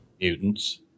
Mutants